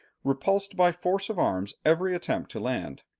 repulsed by force of arms every attempt to land.